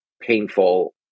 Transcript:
painful